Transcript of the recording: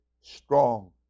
strong